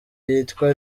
yitwa